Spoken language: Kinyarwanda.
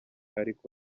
ariko